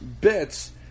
bits